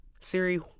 Siri